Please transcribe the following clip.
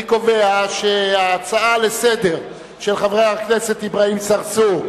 אני קובע שההצעה לסדר-היום של חברי הכנסת אברהים צרצור,